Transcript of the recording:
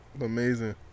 Amazing